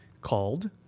called